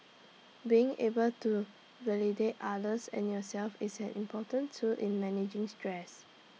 being able to validate others and yourself is an important tool in managing stress